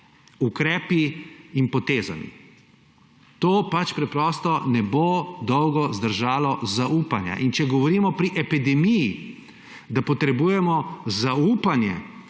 ukrepi in potezami. To preprosto ne bo dolgo zdržalo zaupanja. In če govorimo pri epidemiji, da potrebujemo zaupanje,